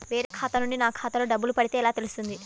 వేరే ఖాతా నుండి నా ఖాతాలో డబ్బులు పడితే ఎలా తెలుస్తుంది?